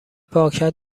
پاکت